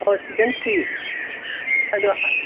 ꯑꯣ season three ꯑꯗꯨ